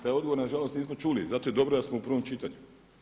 Taj odgovor na žalost nismo čuli i zato je dobro da smo u prvom čitanju.